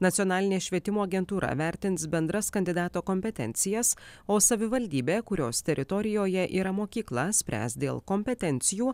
nacionalinė švietimo agentūra vertins bendras kandidato kompetencijas o savivaldybė kurios teritorijoje yra mokykla spręs dėl kompetencijų